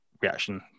reaction